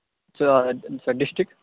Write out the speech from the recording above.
district